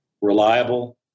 reliable